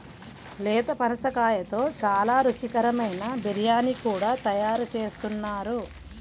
లేత పనసకాయతో చాలా రుచికరమైన బిర్యానీ కూడా తయారు చేస్తున్నారు